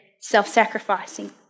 self-sacrificing